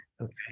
Okay